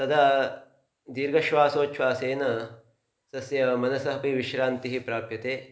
तदा दीर्गश्वासोछ्वासेन तस्य मनसः अपि विश्रान्तिः प्राप्यते